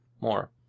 more